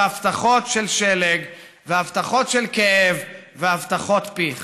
הבטחות של שלג והבטחות של כאב והבטחות פיך.